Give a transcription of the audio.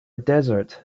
desert